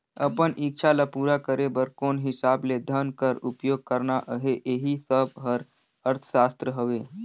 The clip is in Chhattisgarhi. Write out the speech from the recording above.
अपन इक्छा ल पूरा करे बर कोन हिसाब ले धन कर उपयोग करना अहे एही सब हर अर्थसास्त्र हवे